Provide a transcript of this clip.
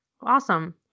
Awesome